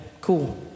cool